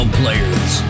players